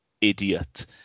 idiot